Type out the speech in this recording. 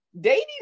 dating